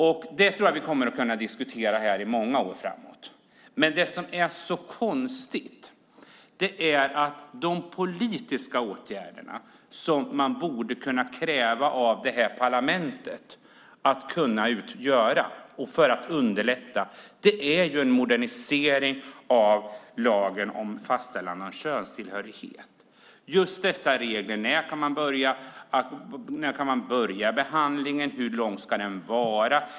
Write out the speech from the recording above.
Det tror jag att vi kommer att kunna diskutera här i många år framöver. En av de politiska åtgärder som man borde kunna kräva av parlamentet för att underlätta är en modernisering av lagen om fastställande av könstillhörighet och reglerna. När kan man börja behandlingen? Hur lång ska den vara?